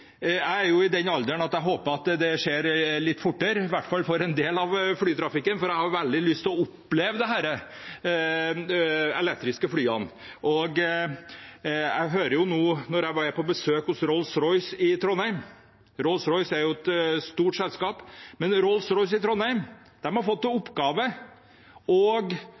Jeg er i den alderen at jeg håper det skjer litt fortere, iallfall for en del av flytrafikken, for jeg har veldig lyst til å oppleve de elektriske flyene. Jeg hørte da jeg var på besøk hos Rolls Royce i Trondheim – som er et stort selskap – at de har fått i oppgave